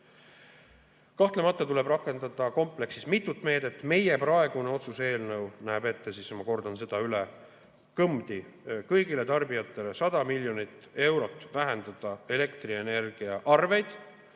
Kahtlemata tuleb rakendada kompleksis mitut meedet. Meie praegune otsuse eelnõu näeb ette, ma kordan üle, kõmdi kõigile tarbijatele 100 miljonit eurot vähendada elektrienergiaarveid